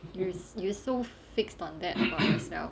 you you so fixed on that for yourself